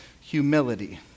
humility